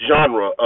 Genre